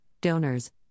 donors